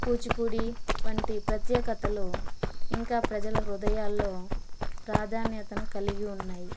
కూచుపూడి వంటి ప్రత్యేకతలు ఇంకా ప్రజల హృదయాల్లో ప్రాధాన్యతను కలిగి ఉన్నాయి